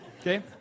Okay